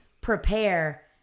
prepare